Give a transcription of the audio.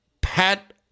Pat